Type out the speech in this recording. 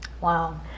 Wow